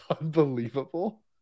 unbelievable